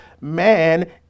Man